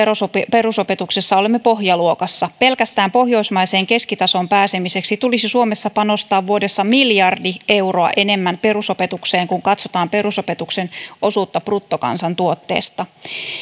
perusopetuksessa olemme pohjaluokassa pelkästään pohjoismaiseen keskitasoon pääsemiseksi tulisi suomessa panostaa vuodessa miljardi euroa enemmän perusopetukseen kun katsotaan perusopetuksen osuutta bruttokansantuotteesta